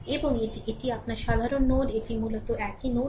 এবং এটি এটি আপনার সাধারণ নোড এটি এটি একটি মূলত একই নোড